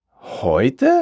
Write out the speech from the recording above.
Heute